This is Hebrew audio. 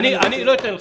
אני לא אתן לך.